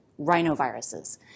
rhinoviruses